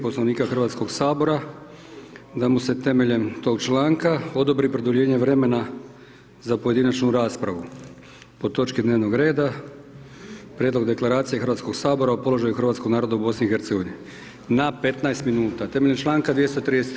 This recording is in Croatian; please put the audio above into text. Poslovnika Hrvatskog sabora, da mu se temeljem tog članka odobri produljenje vremena za pojedinačnu raspravu po točki dnevnog reda Prijedlog deklaracije Hrvatskog sabora o položaju Hrvatskog naroda u BIH na 15 min, temeljem čl. 233.